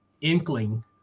inkling